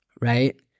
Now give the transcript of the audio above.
right